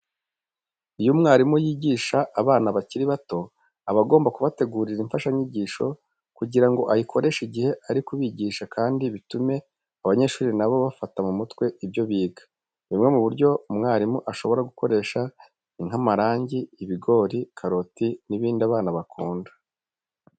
Iyo umwarimu yigisha abana bakiri bato, aba agomba kubategurira imfashanyigisho kugira ngo ayikoreshe igihe ari kubigisha kandi bitume abanyeshuri na bo bafata mu mutwe ibyo biga. Bimwe mu byo umwarimu ashobora gukoresha ni nk'amagi, ibigori, karoti n'ibindi abana bakunda.